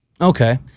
Okay